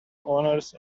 honours